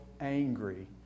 angry